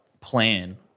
plan